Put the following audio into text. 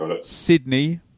Sydney